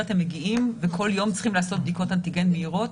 הם מגיעים וכל יום הם צריכים לעשות בדיקות אנטיגן מהירות,